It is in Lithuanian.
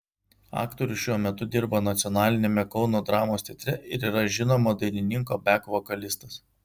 aktorius šiuo metu dirba nacionaliniame kauno dramos teatre ir yra žinomo dainininko bek vokalistas